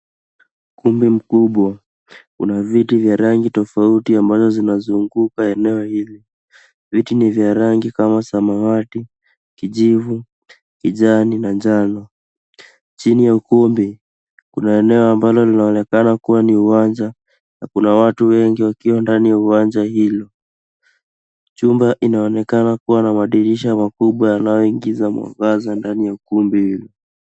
Ukumbi mkubwa una viti vya rangi tofauti ambazo zinazunguka eneo hili. Viti ni vya rangi kama samawati, kijivu, kijani na njano. Chini ya ukumbi kuna eneo ambalo linaonekana kuwa ni uwanja na kuna watu wengi wakiwa ndani ya uwanja hilo. Chumba inaonekana kuwa na madirisha makubwa yanayoingiza mwangaza ndani ya ukumbi hilo.